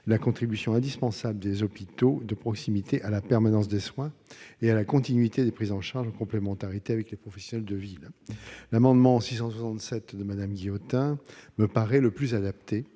la contribution indispensable des hôpitaux de proximité à la permanence des soins et à la continuité de la prise en charge, en complémentarité avec les professionnels de ville. L'amendement n° 667 rectifié de Mme Guillotin me paraît le plus adapté